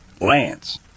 Lance